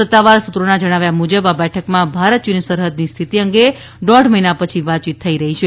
સત્તાવાર સૂત્રોના જણાવ્યા મુજબ આ બેઠકમાં ભારત ચીન સરહદની સ્થિતિ અંગે દોઢ મહિના પછી વાતચીત થઈ રહી છે